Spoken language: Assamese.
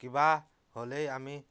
কিবা হ'লেই আমি